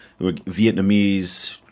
Vietnamese